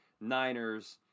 Niners